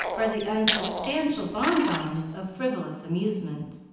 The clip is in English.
or the unsubstantial bon-bons of frivolous amusement.